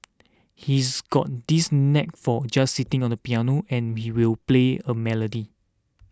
he's got this knack for just sitting on the piano and we will play a melody